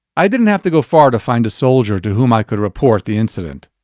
i didn't have to go far to find a soldier to whom i could report the incident.